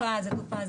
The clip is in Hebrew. זה טופל, זה טופל.